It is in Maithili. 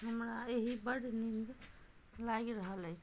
हमरा एहि बड़ नीन्द लागि रहल अछि